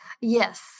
Yes